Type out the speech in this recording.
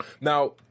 Now